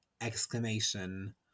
exclamation